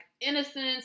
innocence